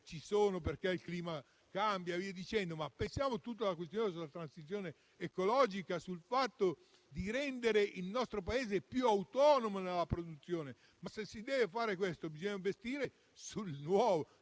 ci sono le guerre e il clima cambia. Pensiamo alla questione della transizione ecologica, a rendere il nostro Paese più autonomo nella produzione. Se si deve fare questo, bisogna investire sul nuovo,